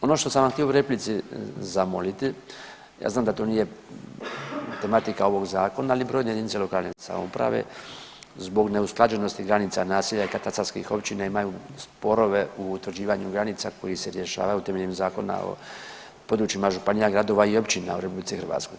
Ono što sam vam htio u replici zamoliti, ja znam da to nije tematika ovog zakona ali brojne jedinice lokalne samouprave zbog neusklađenosti granica naselja i katastarskih općina imaju sporove u utvrđivanju granica koji se rješavaju temeljem Zakona o područjima županija, gradova i općina u RH.